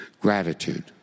Gratitude